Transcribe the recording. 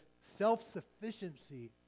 self-sufficiency